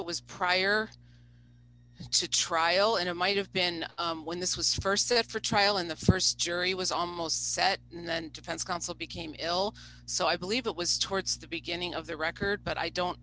it was prior to trial and it might have been when this was st set for trial in the st jury was almost set and then depends counsel became ill so i believe it was towards the beginning of the record but i don't